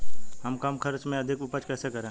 हम कम खर्च में अधिक उपज कैसे करें?